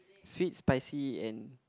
sweet spicy and